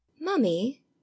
mummy